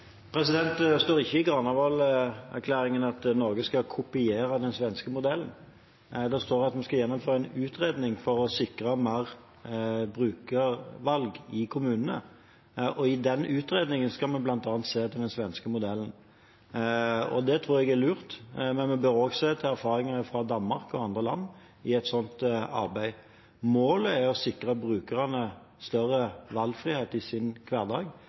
Det står ikke i Granavolden-plattformen at Norge skal kopiere den svenske modellen; det står at en skal gjennomføre en utredning for å sikre mer brukervalg i kommunene. Og i den utredningen skal vi bl.a. se til den svenske modellen. Det tror jeg er lurt. Men vi bør også se til erfaringer fra Danmark og andre land i et sånt arbeid. Målet er å sikre brukerne større valgfrihet i deres hverdag.